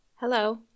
Hello